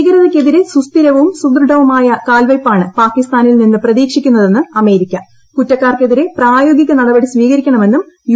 ഭീകരതയ്ക്കെതിരെ സുസ്ഥിരവും സുദൃഢവുമായ കാൽവയ്പാണ് പാകിസ്ഥാനിൽ നിന്ന് പ്രതീക്ഷിക്കുന്നതെന്ന് അമേരിക്ക കുറ്റക്കാർക്കെതിരെ പ്രായോഗിക നടപടി സ്വീകരിക്കണമെന്നും യു എസ് ഭരണകൂടം